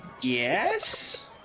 Yes